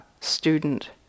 student